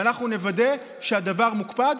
ואנחנו נוודא שהדבר מוקפד.